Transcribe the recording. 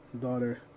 daughter